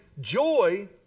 joy